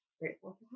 grateful